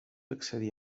accedir